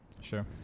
Sure